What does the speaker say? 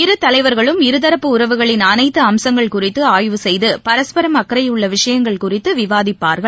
இருதலைவர்களும் இருதரப்பு உறவுகளின் அளைத்து அம்சங்கள் குறித்து ஆய்வு செய்து பரஸ்பரம் அக்கறையுள்ள விஷயங்கள் குறித்து விவாதிப்பார்கள்